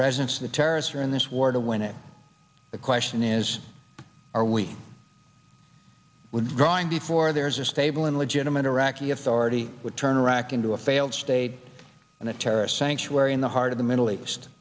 president's the terrorists are in this war to win it the question is are we would going before there is a stable and legitimate iraqi authority would turn iraq into a failed state and a terrorist sanctuary in the heart of the middle east